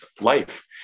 life